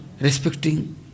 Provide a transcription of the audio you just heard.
respecting